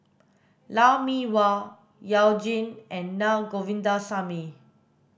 Lou Mee Wah You Jin and Naa Govindasamy